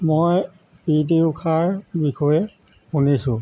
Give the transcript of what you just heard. মই প্ৰীতি উষাৰ বিষয়ে শুনিছোঁ